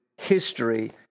history